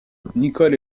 nicole